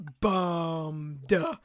bummed